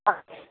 अस्तु